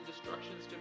destruction's